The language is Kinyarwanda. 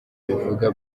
bivuga